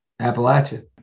Appalachia